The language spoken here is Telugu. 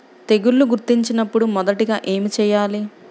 తెగుళ్లు గుర్తించినపుడు మొదటిగా ఏమి చేయాలి?